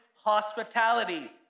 hospitality